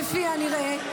כפי הנראה,